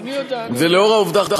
ולאור העובדה,